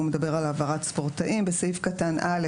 מדבר על העברת ספורטאים 11א. העברת ספורטאים (א)